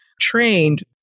trained